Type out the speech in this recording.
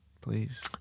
Please